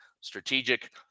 strategic